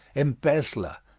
embezzler,